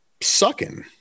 sucking